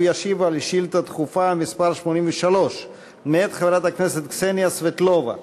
הוא ישיב על שאילתה דחופה מס' 83 מאת חברת הכנסת קסניה סבטלובה.